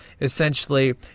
essentially